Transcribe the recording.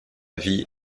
vie